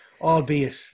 Albeit